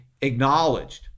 acknowledged